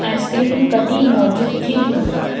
आइसक्रीमूं कॾहिं मौजूदु थींदियूं